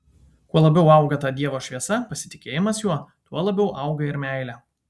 kuo labiau auga ta dievo šviesa pasitikėjimas juo tuo labiau auga ir meilė